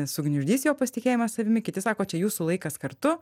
sugniuždys jo pasitikėjimą savimi kiti sako čia jūsų laikas kartu